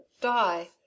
die